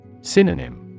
Synonym